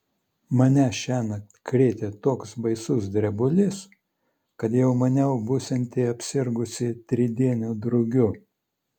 mane šiąnakt krėtė toks baisus drebulys kad jau maniau būsianti apsirgusi tridieniu drugiu